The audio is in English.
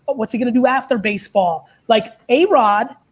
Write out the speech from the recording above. what's he going to do after baseball? like a rod,